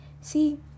See